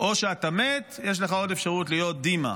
או שאתה מת, ויש לך עוד אפשרות, להיות ד'ימי.